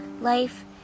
life